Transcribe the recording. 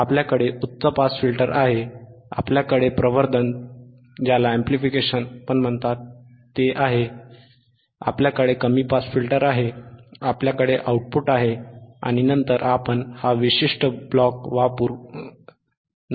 आपल्याकडे उच्च pass filter आहे आपल्याकडे प्रवर्धन आहे आपल्याकडे कमी पास फिल्टर आहे आपल्याकडे आउटपुट आहे आणि नंतर आपण हा विशिष्ट ब्लॉक वापरू शकता